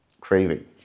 craving